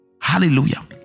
Hallelujah